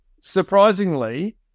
surprisingly